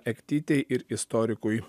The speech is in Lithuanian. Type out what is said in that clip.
ektytei ir istorikui